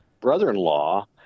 brother-in-law